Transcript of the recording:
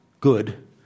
good